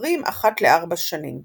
הנבחרים אחת ל-4 שנים.